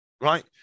Right